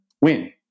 win